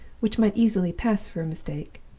which might easily pass for a mistake.